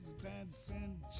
dancing